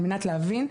על מנת להבין.